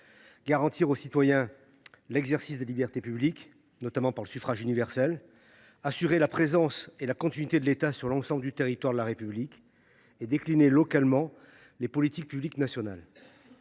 garantir aux citoyens l’exercice des libertés publiques, notamment par le suffrage universel ; assurer la présence et la continuité de l’État sur l’ensemble du territoire de la République ; décliner localement les politiques publiques nationales.